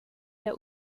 der